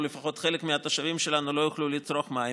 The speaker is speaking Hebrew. או לפחות חלק מהתושבים שלנו לא יוכלו לצרוך מים.